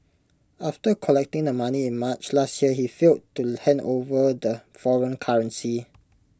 after collecting the money in March last year he failed to hand over the foreign currency